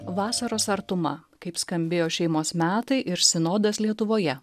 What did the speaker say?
vasaros artuma kaip skambėjo šeimos metai ir sinodas lietuvoje